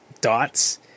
dots